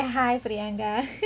hi priyanka